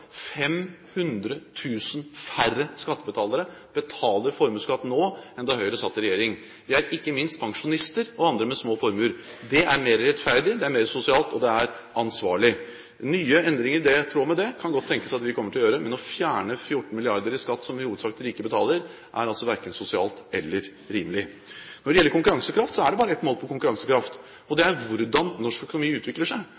000 færre skattebetalere betaler formuesskatt nå enn da Høyre satt i regjering. Det gjelder ikke minst pensjonister og andre med små formuer. Det er mer rettferdig, det er mer sosialt, og det er ansvarlig. Nye endringer i tråd med det kan det godt tenkes at vi kommer til å gjøre, men å fjerne 14 mrd. kr i skatt som i hovedsak de rike betaler, er altså verken sosialt eller rimelig. Når det gjelder konkurransekraft, er det bare ett mål på konkurransekraft, og det er hvordan norsk økonomi utvikler seg.